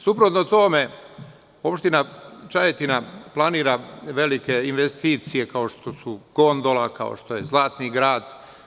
Suprotno tome, Opština Čajetina planira velike investicije kao što su gondola, kao što je Zlatni grad.